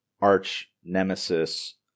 arch-nemesis